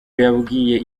yabwiye